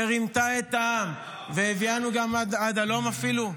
שרימתה את העם והביאתנו גם עד הלום, אפילו?